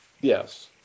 yes